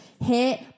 hit